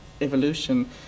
evolution